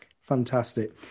Fantastic